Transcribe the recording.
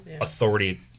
authority